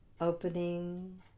opening